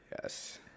Yes